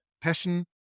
passion